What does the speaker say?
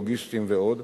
לוגיסטיים ועוד.